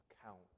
account